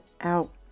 out